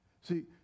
see